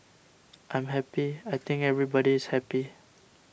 I'm happy I think everybody is happy